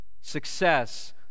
Success